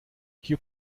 hier